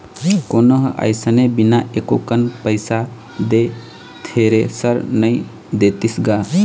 कोनो ह अइसने बिना एको कन पइसा दे थेरेसर नइ देतिस गा